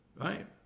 right